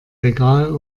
regal